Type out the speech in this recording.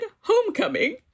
homecoming